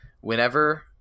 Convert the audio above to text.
whenever